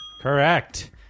Correct